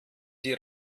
die